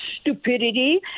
stupidity